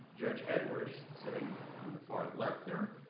judge edwards, sitting on the far left there,